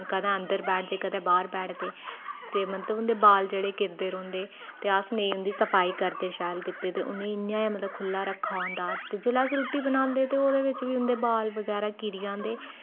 कदे अंदर बैठदे कदे बाह्र बैठदे ते मतलब उंदे बाल जेह्ड़े किरदे रौह्ंदे ते अस नेईं उंदी सफाई करदे शैल किते उनेई इ'यां मतलब खुल्ला रखा होंदा ते जेल्लै अस रूट्टी बनांदे ते ओह्दे च बी उंदे बाल वगैरा कीरी जांदे जंदे